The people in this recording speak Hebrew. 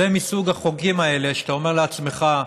זה מסוג החוקים האלה שאתה אומר לעצמך: